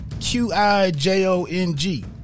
q-i-j-o-n-g